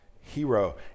hero